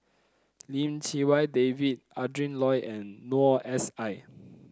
Lim Chee Wai David Adrin Loi and Noor S I